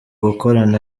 gukorana